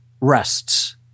rests